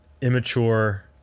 immature